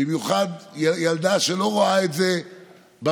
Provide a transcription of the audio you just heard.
במיוחד ילדה שלא רואה את זה במדיות,